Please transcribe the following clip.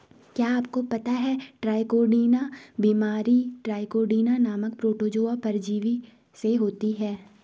क्या आपको पता है ट्राइकोडीना बीमारी ट्राइकोडीना नामक प्रोटोजोआ परजीवी से होती है?